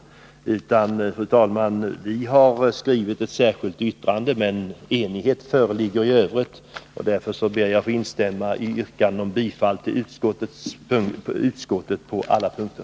Centerpartisterna i utskottet har skrivit ett särskilt yttrande, men enighet föreligger i övrigt. Därför ber jag att få instämma i yrkandet om bifall till utskottets hemställan på alla punkter.